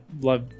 love